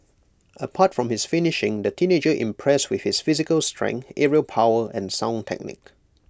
apart from his finishing the teenager impressed with his physical strength aerial power and sound technique